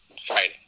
fighting